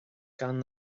gan